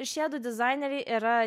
švedų dizaineriai yra